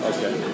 Okay